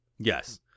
Yes